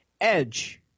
Edge